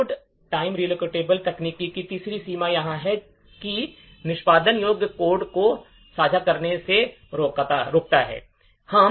load time relocatable तकनीक की तीसरी सीमा यह है कि यह निष्पादन योग्य कोड को साझा करने से रोकता है